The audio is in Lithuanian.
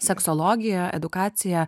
seksologija edukacija